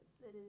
Yes